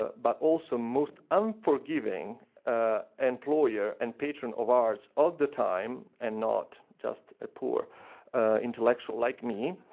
but also most unforgiving employer and patron of arts of the time and not just a poor intellectual like me.